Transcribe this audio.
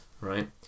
right